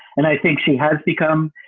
and i think she has become,